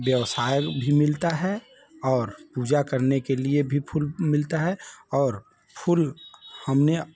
व्यवसाय मिलता है और पूजा करने के लिए भी फूल मिलता है और फूल हमने